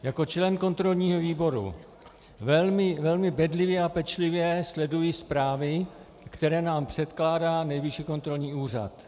Jako člen kontrolního výboru velmi bedlivě a pečlivě sleduji zprávy, které nám předkládá Nejvyšší kontrolní úřad.